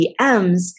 DMs